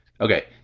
Okay